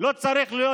לא צריך להיות